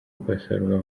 gukosorwa